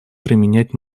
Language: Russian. применять